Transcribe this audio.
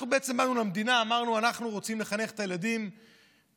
אנחנו בעצם באנו למדינה ואמרנו: אנחנו רוצים לחנך את הילדים מעל,